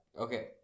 Okay